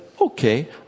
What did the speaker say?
okay